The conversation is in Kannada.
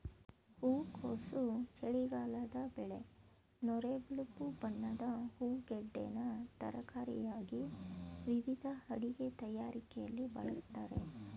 ಹೂಕೋಸು ಚಳಿಗಾಲದ ಬೆಳೆ ನೊರೆ ಬಿಳುಪು ಬಣ್ಣದ ಹೂಗೆಡ್ಡೆನ ತರಕಾರಿಯಾಗಿ ವಿವಿಧ ಅಡಿಗೆ ತಯಾರಿಕೆಲಿ ಬಳಸ್ತಾರೆ